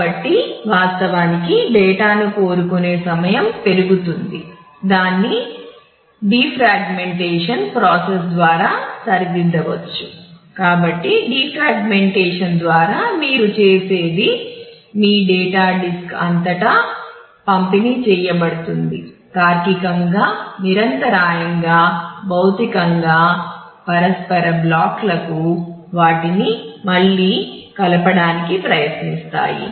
కాబట్టి వాస్తవానికి డేటా చేస్తాయి